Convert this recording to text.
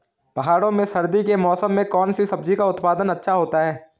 पहाड़ों में सर्दी के मौसम में कौन सी सब्जी का उत्पादन अच्छा होता है?